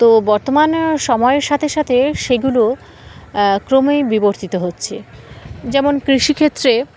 তো বর্তমান সময়ের সাথে সাথে সেগুলো ক্রমেই বিবর্তিত হচ্ছে যেমন কৃষিক্ষেত্রে